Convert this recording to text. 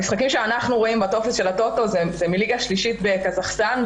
המשחקים שאנחנו רואים בטופס של הטוטו זה מליגה שלישית בקזחסטן,